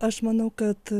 aš manau kad